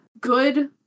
good